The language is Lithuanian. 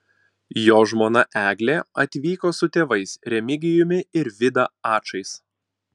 jo žmona eglė atvyko su tėvais remigijumi ir vida ačais